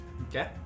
Okay